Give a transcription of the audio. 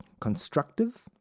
constructive